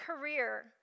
career